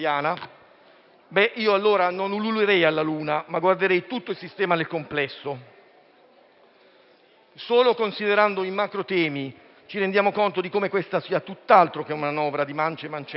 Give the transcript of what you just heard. io allora non ululerei alla luna, ma guarderei tutto sistema nel complesso. Solo considerando i macrotemi ci rendiamo conto di come questa sia tutt'altro che una manovra di mance e mancette.